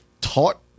taught